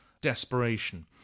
desperation